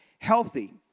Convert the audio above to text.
healthy